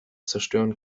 zerstören